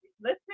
Listen